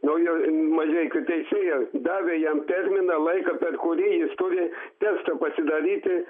nu jo mažeikių teisėja davė jam terminą laiką per kurį jis turi testą pasidaryti